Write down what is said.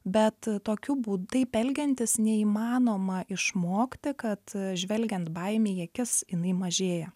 bet tokiu bū taip elgiantis neįmanoma išmokti kad žvelgiant baimei į akis jinai mažėja